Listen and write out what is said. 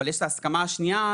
אבל יש הסכמה שנייה,